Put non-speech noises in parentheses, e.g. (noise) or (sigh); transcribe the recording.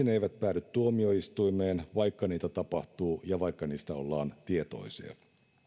(unintelligible) ne eivät päädy tuomioistuimeen vaikka niitä tapahtuu ja vaikka niistä ollaan tietoisia